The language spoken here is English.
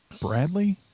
Bradley